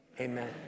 amen